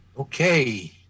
Okay